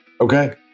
Okay